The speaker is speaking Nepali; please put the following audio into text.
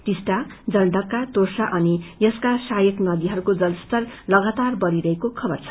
टिस्टा जलाढ़ाका तोरसा अनि यसका सहायक नदीहरूको जलस्तर लगातार बढत्रीरहेको खबर छ